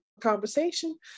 conversation